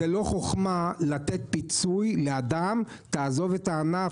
זו לא חוכמה לתת לאדם פיצוי ולהגיד לו: "עזוב את הענף,